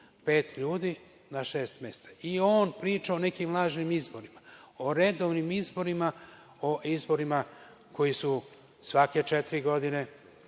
Pet ljudi na šest mesta i on priča o nekim lažnim izborima, o redovnim izborima, o izborima koji su svake četiri godine?